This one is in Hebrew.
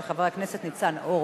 של חבר הכנסת ניצן הורוביץ.